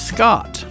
Scott